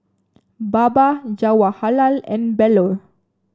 Baba Jawaharlal and Bellur